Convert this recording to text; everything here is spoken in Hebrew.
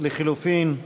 לחלופין?